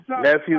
Nephew